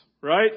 right